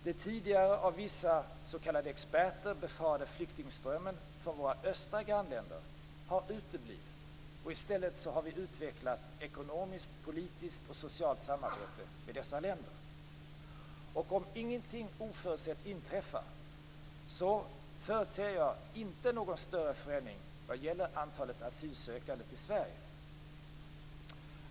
Den tidigare av vissa s.k. experter befarade flyktingströmmen från våra östra grannländer har uteblivit, och i stället har vi utvecklat ekonomiskt, politiskt och socialt samarbete med dessa länder. Om ingenting oförutsett inträffar, förutser jag inte någon större förändring vad gäller antalet asylsökande till Sverige.